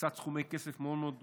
תפיסת סכומי כסף מאוד מאוד גדולים,